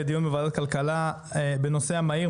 ברוכים הבאים לדיון בוועדת הכלכלה בנושא המהיר,